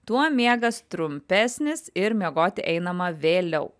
tuo miegas trumpesnis ir miegot einama vėliau